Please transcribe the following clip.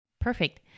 Perfect